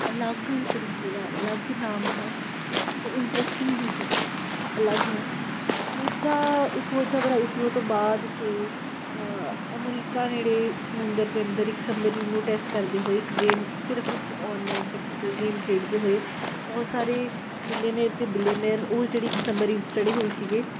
ਅਲੱਗ ਤਰੀਕੇ ਦਾ ਅਲੱਗ ਨਾਮ ਹੈ ਅਤੇ ਇੰਟਰਸਟਿੰਗ ਵੀ ਹੈ ਖਾ ਅਲੱਗ ਹੈ ਦੂਜਾ ਇਕ ਹੋਰ ਖਬਰ ਆਈ ਸੀ ਉਸ ਤੋਂ ਬਾਅਦ ਕਿ ਅਮਰੀਕਾ ਨੇੜੇ ਸਮੁੰਦਰ ਦੇ ਅੰਦਰ ਇੱਕ ਸਬਮਰੀਨ ਨੂੰ ਟੈਸਟ ਕਰਦੇ ਹੋਏ ਇੱਕ ਗੇਮ ਸਿਰਫ ਇੱਕ ਔਨਲਾਈਨ ਟੈਕਨੀਕਲ ਗੇਮ ਖੇਡਦੇ ਹੋਏ ਬਹੁਤ ਸਾਰੇ ਮਿਲੇਨੇਰ ਅਤੇ ਬਿਲੇਨੇਰ ਉਹ ਜਿਹੜੀ ਇੱਕ ਸੰਮਰੀਨ ਸਟੱਡੀ ਹੋਈ ਸੀਗੇ